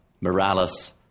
Morales